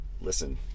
Listen